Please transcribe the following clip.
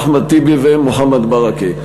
אחמד טיבי ומוחמד ברכה.